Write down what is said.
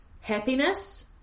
happiness